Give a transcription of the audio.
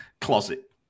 closet